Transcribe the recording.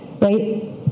right